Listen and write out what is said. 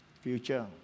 future